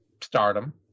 stardom